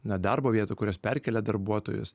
na darbo vietų į kurias perkelia darbuotojus